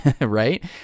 right